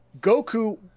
Goku